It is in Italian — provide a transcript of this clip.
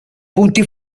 punti